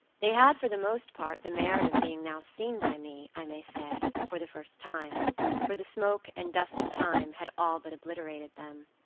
they had, for the most part, the merit of being now seen by me, i may say, for the first time for the smoke and dust of time had all but obliterated them.